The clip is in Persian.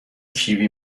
کیوی